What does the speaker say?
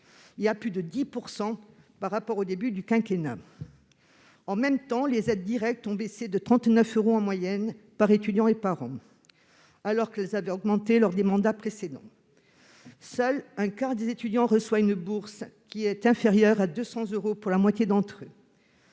et à plus de 10 % par rapport au début du quinquennat. En même temps, les aides directes ont baissé de 39 euros en moyenne par étudiant et par an, alors qu'elles avaient augmenté lors des mandats précédents. Seul un quart des étudiants reçoit une bourse, laquelle est inférieure à 200 euros pour la moitié d'entre eux.